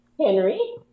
Henry